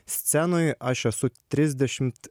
scenoj aš esu trisdešimt